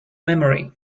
memory